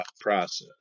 process